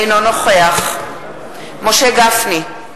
אינו נוכח משה גפני,